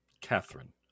Catherine